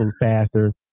faster